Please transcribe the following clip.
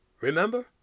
Remember